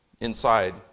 inside